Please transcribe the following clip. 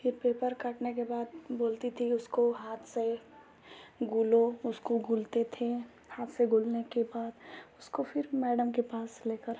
फिर पेपर काटने के बाद बोलती थी उसको हाथ से गुलो उसको गुलते थे हाथ से गुलने के बाद उसको फिर मैडम के पास लेकर